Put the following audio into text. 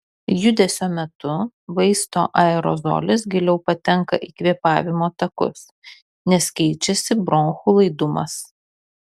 judesio metu vaisto aerozolis giliau patenka į kvėpavimo takus nes keičiasi bronchų laidumas